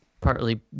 partly